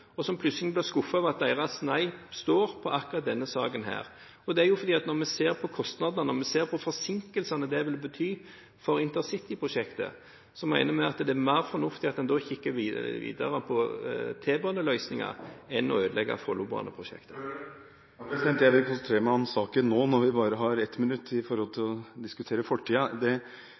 og som plutselig blir skuffet over at deres nei blir stående i akkurat denne saken. Det er jo fordi at når vi ser på kostnadene og forsinkelsene det ville bety for intercityprosjektet, mener vi det er mer fornuftig at man ser videre på T-baneløsninger enn å ødelegge Follobaneprosjektet. Jeg vil konsentrere meg om saken nå i stedet for å diskutere fortiden, siden jeg bare har ett minutt. T-baneutbygging blir mye dyrere og mye tregere – anslagsvis 50 minutter i reisetid derfra og inn til